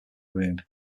room